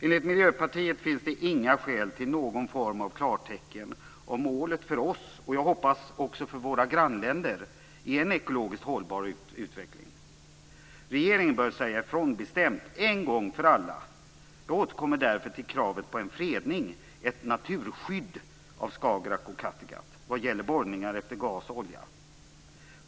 Enligt Miljöpartiet finns det inga skäl att ge någon form av klartecken om målet för oss - och jag hoppas också för våra grannländer - är en ekologiskt hållbar utveckling. Regeringen bör säga ifrån bestämt en gång för alla. Vi återkommer därför till kravet på en fredning, ett naturskydd, av Skagerrak och Kattegatt vad gäller borrningar efter gas och olja.